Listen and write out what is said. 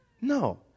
No